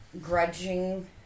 grudging